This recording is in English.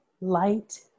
light